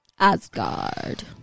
Asgard